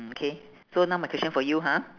okay so now my question for you ha